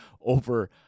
over